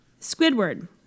Squidward